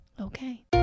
okay